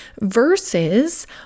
versus